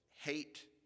hate